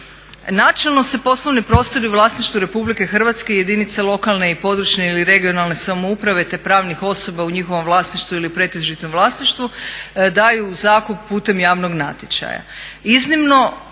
Načelno se poslovni prostori u vlasništvu RH i jedinice lokalne i područne ili regionalne samouprave, te pravnih osoba u njihovom vlasništvu ili u pretežitom vlasništvu daju u zakup putem javnog natječaja. Iznimno,